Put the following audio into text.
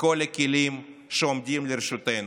בכל הכלים שעומדים לרשותנו,